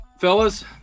fellas